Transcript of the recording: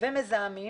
ומזהמים